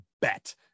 bet